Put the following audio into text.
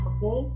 Okay